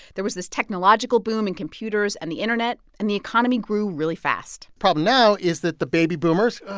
there was this technological boom in computers and the internet, and the economy grew really fast problem now is that the baby boomers ah,